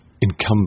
incumbent